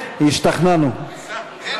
של קבוצת סיעת